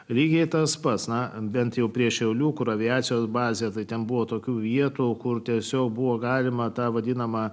lygiai tas pats na bent jau prie šiaulių kur aviacijos bazę tai ten buvo tokių vietų kur tiesiog buvo galima tą vadinamą